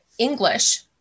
English